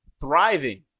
Thriving